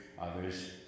others